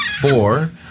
four